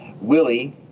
Willie